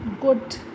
good